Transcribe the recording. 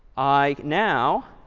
i now